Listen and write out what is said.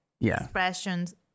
expressions